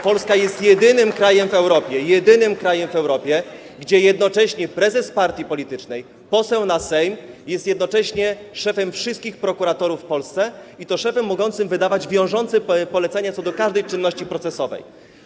Polska jest jedynym krajem w Europie - powtarzam: jedynym krajem w Europie - gdzie prezes partii politycznej, poseł na Sejm jest jednocześnie szefem wszystkich prokuratorów w Polsce, i to szefem mogącym wydawać wiążące polecenia co do każdej czynności procesowej.